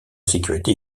sécurité